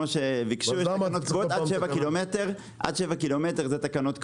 עד 7 ק"מ זה תקנות קבועות.